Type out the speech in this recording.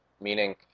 meaning